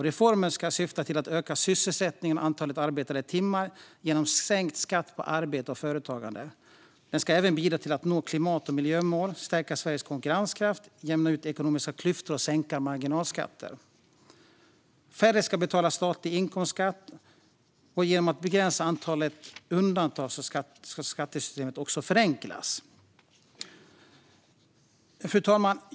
Reformen ska syfta till att öka sysselsättningen och antalet arbetade timmar genom sänkt skatt på arbete och företagande. Den ska även bidra till att nå klimat och miljömål, stärka Sveriges konkurrenskraft, jämna ut ekonomiska klyftor och sänka marginalskatter. Färre ska betala statlig inkomstskatt, och genom att begränsa antalet undantag ska skattesystemet också förenklas. Fru talman!